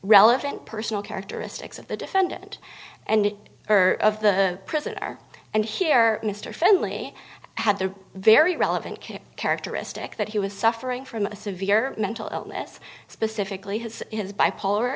relevant personal characteristics of the defendant and of the present are and here mr fenley had the very relevant care characteristic that he was suffering from a severe mental illness specifically has his bipolar